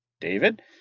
David